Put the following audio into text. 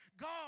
God